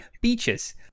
beaches